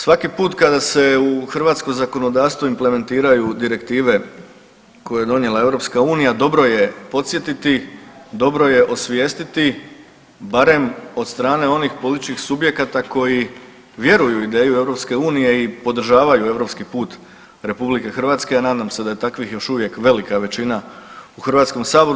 Svaki put kada se u hrvatsko zakonodavstvo implementiraju direktive koje je donijela EU dobro je podsjetiti, dobro je osvijestiti barem od strane onih političkih subjekata koji vjeruju u ideju EU i podržavaju europski put RH, a nadam se da je takvih još uvijek velika većina u Hrvatskom saboru.